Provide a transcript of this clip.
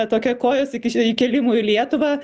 tokia kojos įkiš įkėlimu į lietuvą